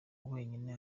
wenyine